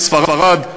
ספרד,